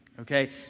okay